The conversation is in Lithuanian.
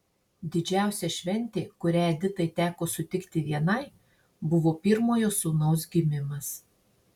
didžiausia šventė kurią editai teko sutikti vienai buvo pirmojo sūnaus gimimas